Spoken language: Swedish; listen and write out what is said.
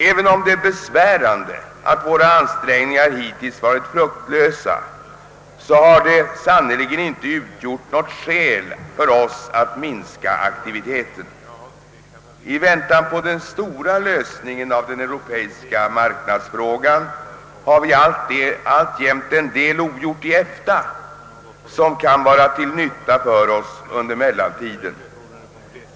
Även om det är besvärande att våra ansträngningar hittills varit fruktlösa har detta sannerligen inte utgjort något skäl för oss att minska aktiviteten. I väntan på den stora lösningen av den europeiska marknadsfrågan har vi alltjämt en del att uträtta i EFTA, som kan vara till nytta för oss under mellantiden.